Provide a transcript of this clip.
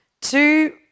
two